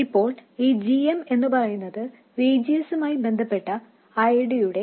ഇപ്പോൾ ഈ g m എന്നുപറയുന്നത് V G S മായി ബന്ധപ്പെട്ട I D യുടെ പാർഷ്യൽ ഡെറിവേറ്റീവ് ആണ്